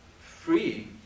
free